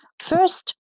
First